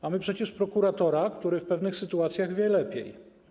Mamy przecież prokuratora, który w pewnych sytuacjach wie lepiej.